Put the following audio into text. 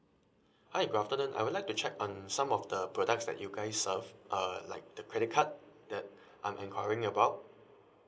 hi good afternoon I would like to check on some of the products that you guys serve uh like the credit card that I'm enquiring about